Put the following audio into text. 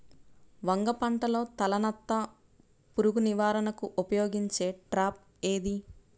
వంగ పంటలో తలనత్త పురుగు నివారణకు ఉపయోగించే ట్రాప్ ఏది?